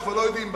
אנחנו לא יודעים,